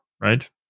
right